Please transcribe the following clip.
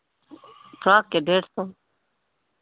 frock के डेढ़ सौ